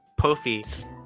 Pofi